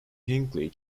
hinckley